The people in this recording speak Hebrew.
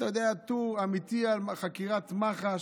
הוא פרסם, אתה יודע, טור אמיתי על חקירת מח"ש,